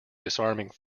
disarming